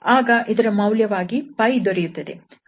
ಆಗ ಇದರ ಮೌಲ್ಯವಾಗಿ 𝜋 ದೊರೆಯುತ್ತದೆ